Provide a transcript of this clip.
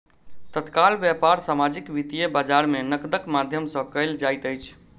तत्काल व्यापार सामाजिक वित्तीय बजार में नकदक माध्यम सॅ कयल जाइत अछि